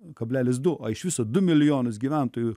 kablelis du o iš viso du milijonus gyventojų